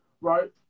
right